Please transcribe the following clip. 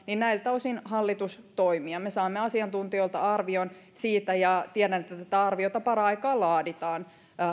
näiltä osin hallitus toimii ja me saamme asiantuntijoilta arvion siitä tiedän että tätä arviota paraikaa laaditaan